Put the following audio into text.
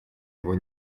его